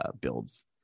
builds